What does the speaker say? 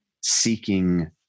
seeking